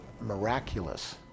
miraculous